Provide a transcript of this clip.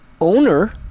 owner